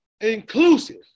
inclusive